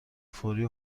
فوری